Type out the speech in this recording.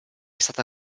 stata